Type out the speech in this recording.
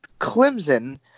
Clemson